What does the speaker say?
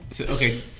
okay